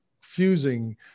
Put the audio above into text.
fusing